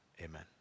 Amen